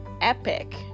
epic